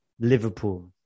Liverpool